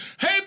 Hey